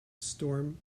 storm